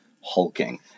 hulking